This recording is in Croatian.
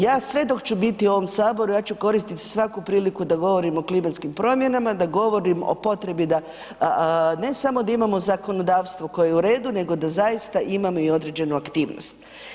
Ja sve dok ću biti u ovom Saboru ja ću koristiti svaku priliku da govorim o klimatskim promjenama, da govorim o potrebi da ne samo da imamo zakonodavstvo koje je u redu nego da zaista imamo i određenu aktivnost.